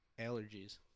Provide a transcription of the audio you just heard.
allergies